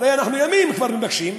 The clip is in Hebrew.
הרי אנחנו ימים כבר מבקשים,